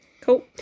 Cool